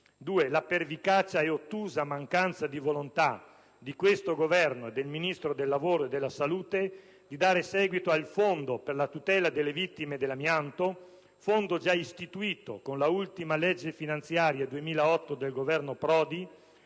la pervicacia e l'ottusa mancanza di volontà di questo Governo e del Ministro del lavoro e della salute a dare seguito al fondo per la tutela delle vittime dell'amianto, già istituito con l'ultima legge finanziaria 2008 del Governo Prodi